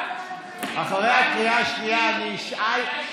אחרי הקריאה השנייה אני אשאל,